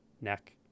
neck